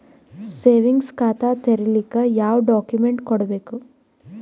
Savings ಖಾತಾ ತೇರಿಲಿಕ ಯಾವ ಡಾಕ್ಯುಮೆಂಟ್ ಕೊಡಬೇಕು?